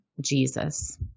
Jesus